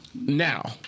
Now